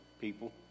people